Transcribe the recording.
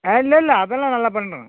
ஆ இல்லை இல்லை அதெலாம் நல்லா பண்ணுறோங்க